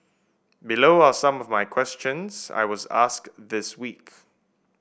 below are some of my questions I was asked this week